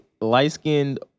light-skinned